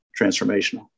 transformational